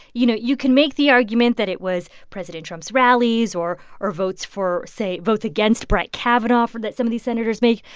you know, you can make the argument that it was president trump's rallies or or votes for, say votes against brett kavanaugh for that some of these senators made.